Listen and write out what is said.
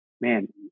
man